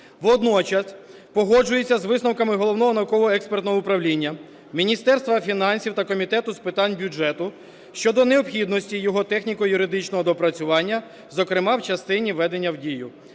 Водночас погоджуюся з висновками Головного науково-експертного управління, Міністерства фінансів та Комітету з питань бюджету щодо необхідності його техніко-юридичного доопрацювання, зокрема в частині введення в дію.